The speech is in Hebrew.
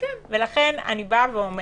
לכן אני אומרת,